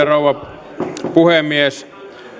rouva puhemies